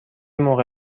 موقع